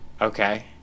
Okay